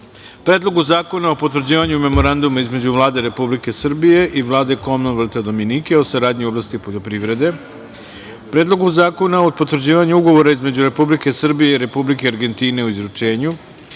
Predlogu zakona o potvrđivanju Memoranduma između Vlade Republike Srbije i Vlade Komonvelta Dominike o saradnji u oblasti poljoprivrede, Predlogu zakona o potvrđivanju Ugovora između Republike Srbije i Republike Argentine o izručenju,